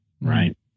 Right